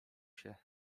się